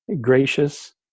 gracious